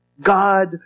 God